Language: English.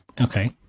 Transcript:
Okay